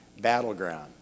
battleground